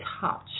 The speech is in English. touch